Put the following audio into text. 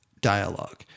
dialogue